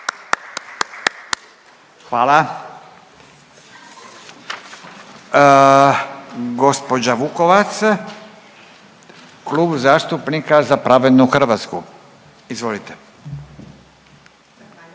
Hvala. Gospođa Vukovac, Klub zastupnika Za pravednu Hrvatsku. Izvolite.